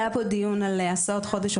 היה פה דיון על הסעות חודש,